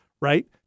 right